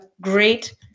great